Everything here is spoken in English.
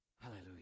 Hallelujah